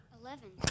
Eleven